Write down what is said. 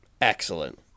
Excellent